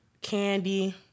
candy